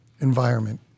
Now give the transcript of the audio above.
environment